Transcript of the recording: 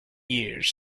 years